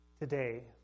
today